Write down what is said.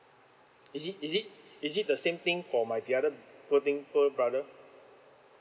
is it is it is it the same thing for my the other poor thing poor brother